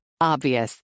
Obvious